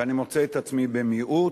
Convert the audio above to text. ואני מוצא את עצמי במיעוט.